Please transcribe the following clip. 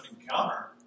encounter